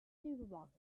supermarket